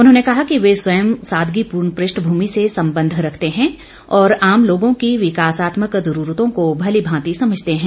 उन्होंने कहा कि वे स्वयं सादगीपूर्ण पृष्ठभूमि से संबंध रखते है और आम लोगों की विकासात्मक जरूरतों को भली भांति समझते हैं